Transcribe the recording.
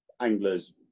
anglers